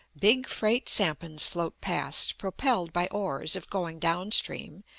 big freight sampans float past, propelled by oars if going down-stream,